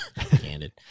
Candid